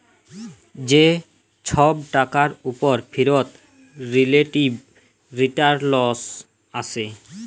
যে ছব টাকার উপর ফিরত রিলেটিভ রিটারল্স আসে